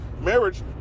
marriage